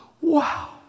Wow